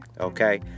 okay